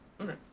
Okay